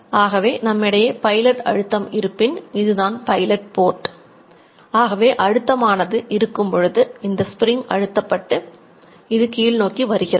ஆகவே நம்மிடையே பைலட் அழுத்தம் இது கீழ் நோக்கி வருகிறது